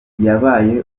yabaye